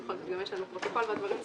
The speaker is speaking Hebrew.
האיחוד הלאומי והימין החדש